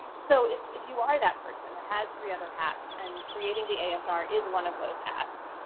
so if if you are that person that has three other hats, and creating the asr is one of those hats,